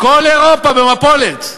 כל אירופה במפולת.